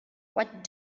what